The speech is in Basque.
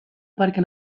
parke